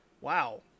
Wow